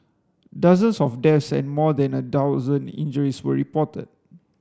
dozens of deaths and more than a thousand injuries were reported